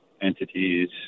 entities